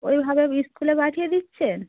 ওইভাবে স্কুলে পাঠিয়ে দিচ্ছেন